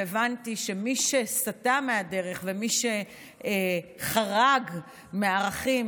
והבנתי שמי שסטה מהדרך ומי שחרג מהערכים